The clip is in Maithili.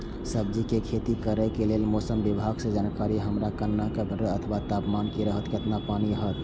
सब्जीके खेती करे के लेल मौसम विभाग सँ जानकारी हमरा केना भेटैत अथवा तापमान की रहैत केतना पानी होयत?